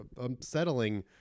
unsettling